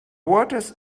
waters